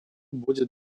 будет